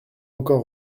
encore